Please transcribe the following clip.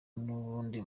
n’ubundi